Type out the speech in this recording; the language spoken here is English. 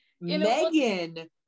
Megan